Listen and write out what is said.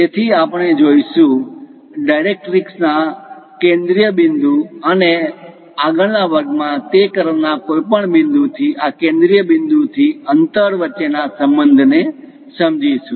તેથી આપણે જોઈશું ડાયરેક્ટ્રીક્સ ના કેન્દ્રીય બિંદુ અને આગળના વર્ગમાં તે કર્વ ના કોઈપણ બિંદુથી આ કેન્દ્રીય બિંદુ થી અંતર વચ્ચેના સંબંધને સમજીશું